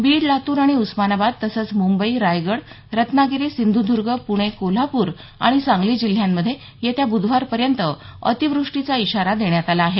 बीड लातूर आणि उस्मानाबाद तसंच मुंबई रायगड रत्नागिरी सिंधुदुर्ग पुणे कोल्हापूर आणि सांगली जिल्ह्यांमधे येत्या ब्धवारपर्यंत अतीवृष्टीचा इशारा देण्यात आला आहे